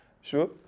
sure